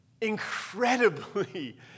incredibly